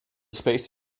space